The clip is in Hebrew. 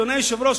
אדוני היושב-ראש,